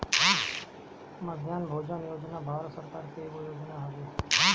मध्याह्न भोजन योजना भारत सरकार के एगो योजना हवे